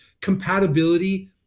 compatibility